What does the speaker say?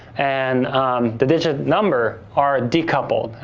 and the digital number are decoupled,